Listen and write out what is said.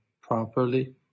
properly